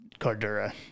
Cardura